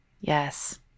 Yes